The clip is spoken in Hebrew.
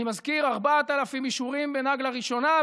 אני מזכיר: 4,000 אישורים בנגלה ראשונה,